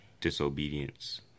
disobedience